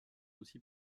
aussi